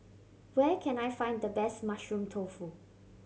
where can I find the best Mushroom Tofu